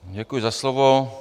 Děkuji za slovo.